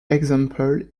example